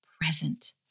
present